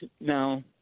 now